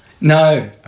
No